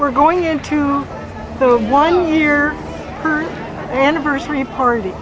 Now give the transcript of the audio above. we're going into the one we're anniversary party